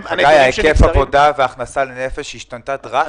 היקף העבודה וההכנסה לנפש השתנו דרסטית עם הקורונה.